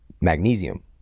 Magnesium